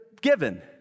given